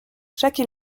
chaque